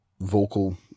vocal